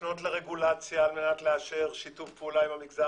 לפנות לרגולציה כדי לאשר שיתוף פעולה עם המגזר